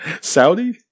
Saudi